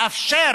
לאפשר